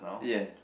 ya